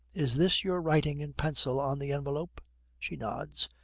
is this your writing in pencil on the envelope she nods,